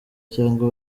cyangwa